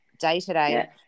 day-to-day